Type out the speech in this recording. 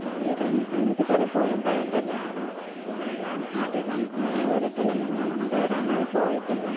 ഉയരം എനിക്ക് പലപ്പോഴും ഭയം തന്നെയാണ് പിന്നെ ഞാൻ അധികം ഉയരത്തിലൊന്നും അങ്ങനെ കയറാനായി പോയിട്ടില്ല